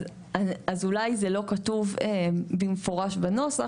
אז אולי זה לא כתוב במפורש בנוסח,